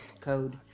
code